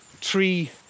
tree